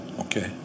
Okay